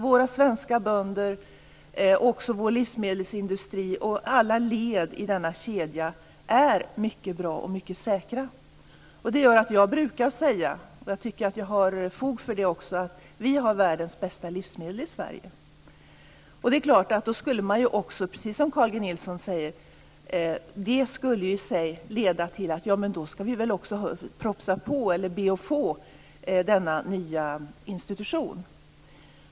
Våra svenska bönder och vår livsmedelsindustri och alla led i denna kedja är mycket bra och säkra. Det gör att jag brukar säga, och jag tycker att jag har fog för det också, att vi har världens bästa livsmedel i Sverige. Då skulle det, precis som Carl G Nilsson säger, leda till att vi ska be att få denna nya institution.